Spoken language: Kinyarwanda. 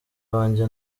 banjye